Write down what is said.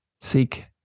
seek